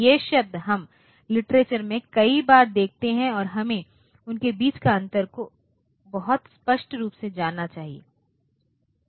ये शब्द हम लिटरेचर में कई बार देखते हैं और हमें उनके बीच के अंतर को बहुत स्पष्ट रूप से जानना चाहिए